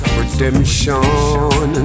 redemption